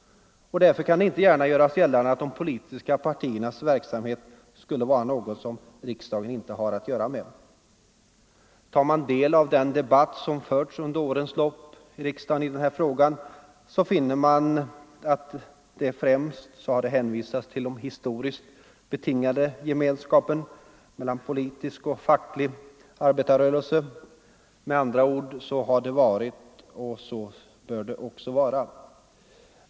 Därför kan det inte gärna göras gällande att de politiska partiernas verksamhet skulle vara något som riksdagen inte har att göra med. Tar man del av den debatt som har förts i den här frågan under årens lopp i riksdagen, så finner man att det främst har hänvisats till den historiskt betingade gemenskapen mellan den politiska och den fackliga arbetarrörelsen — med andra ord: så har det varit och så bör det också vara.